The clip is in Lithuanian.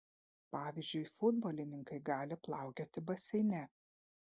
pavyzdžiui futbolininkai gali plaukioti baseine